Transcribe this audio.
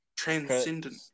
transcendent